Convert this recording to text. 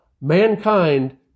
mankind